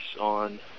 on